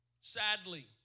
sadly